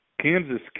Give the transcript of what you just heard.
Kansas